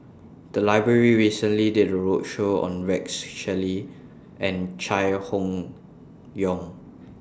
The Library recently did A roadshow on Rex Shelley and Chai Hon Yoong